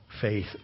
faith